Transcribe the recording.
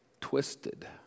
twisted